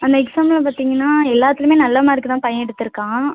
அந்த எக்ஸாம்ல பார்த்திங்கன்னா எல்லாத்துலையுமே நல்ல மார்க் தான் பையன் எடுத்துருக்கான்